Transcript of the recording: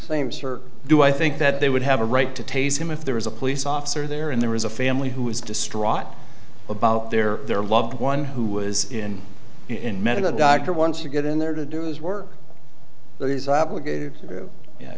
are do i think that they would have a right to tase him if there was a police officer there and there was a family who was distraught about their their loved one who was in in medical doctor once you get in there to do is work that he's obligated to